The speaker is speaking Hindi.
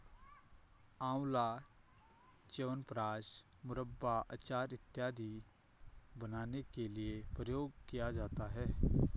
आंवला च्यवनप्राश, मुरब्बा, अचार इत्यादि बनाने के लिए प्रयोग किया जाता है